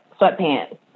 sweatpants